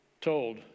told